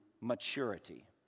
maturity